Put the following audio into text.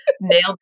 Nailed